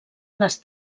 les